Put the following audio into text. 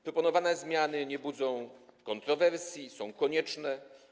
Proponowane zmiany nie budzą kontrowersji, są konieczne.